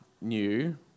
new